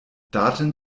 daten